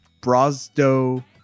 Brazdo